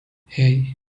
hey